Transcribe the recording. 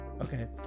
Okay